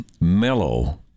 mellow